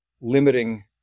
limiting